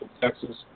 Texas